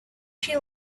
she